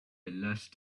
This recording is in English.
last